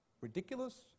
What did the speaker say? ridiculous